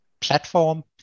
platform